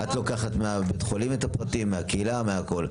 את לוקחת מבית החולים את הפרטים, מהקהילה, מהכול.